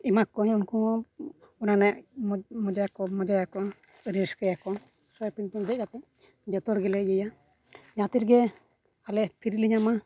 ᱮᱢᱟ ᱠᱚᱣᱟᱹᱧ ᱩᱱᱠᱩ ᱦᱚᱸ ᱢᱟᱱᱮ ᱢᱚᱡᱟᱭᱟᱠᱚ ᱢᱚᱡᱟᱭᱟᱠᱚ ᱨᱟᱹᱥᱠᱟᱹᱭᱟᱠᱚ ᱥᱟᱨᱯᱷᱤᱝ ᱵᱳᱴ ᱨᱮ ᱫᱮᱡᱽ ᱠᱟᱛᱮᱫ ᱡᱚᱛᱚ ᱦᱚᱲ ᱜᱮᱞᱮ ᱤᱭᱟᱹᱭᱟ ᱡᱟᱦᱟᱸ ᱛᱤ ᱨᱮᱜᱮ ᱟᱞᱮ ᱯᱷᱨᱤ ᱞᱮ ᱧᱟᱢᱟ